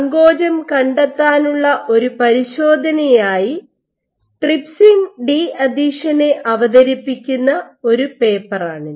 സങ്കോചം കണ്ടെത്താനുള്ള ഒരു പരിശോധനയായി ട്രിപ്സിൻ ഡി അഥീഷനെ അവതരിപ്പിക്കുന്ന ഒരു പേപ്പറാണിത്